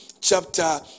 chapter